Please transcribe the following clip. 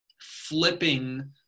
flipping